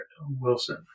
Wilson